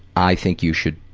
i think you should